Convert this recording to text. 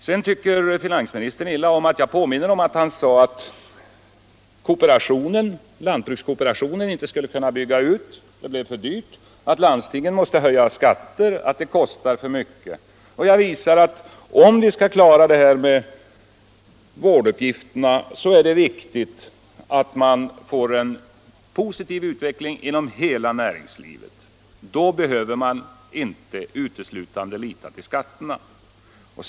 Finansministern tycker illa om att jag påminner om att han sade att lantbrukskooperationen inte skulle kunna bygga ut därför att det blev för dyrt, att landstingen måste höja skatten, osv. Jag har visat att om vi skall klara vårduppgifterna så är det viktigt att man får en positiv utveckling inom hela näringslivet. Då behöver man inte uteslutande lita till skattehöjningar.